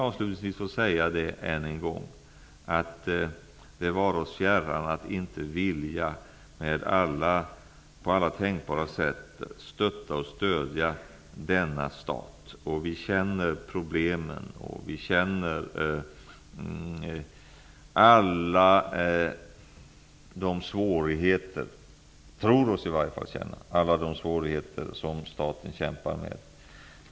Avslutningsvis vill jag än en gång säga att det vare oss fjärran att inte på alla tänkbara sätt vilja stötta och stödja denna stat. Vi känner problemen och tror oss känna alla de svårigheter som staten kämpar med.